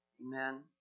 Amen